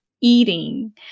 eating